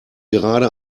gerade